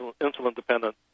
insulin-dependent